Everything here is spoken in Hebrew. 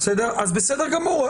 בסדר גמור.